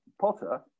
Potter